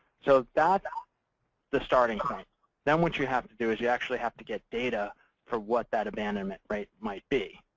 so that's the starting point. then what you have to do is you actually have to get data for what that abandonment rate might be.